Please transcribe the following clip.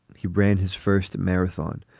he ran his first marathon.